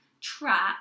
trap